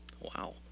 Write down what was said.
wow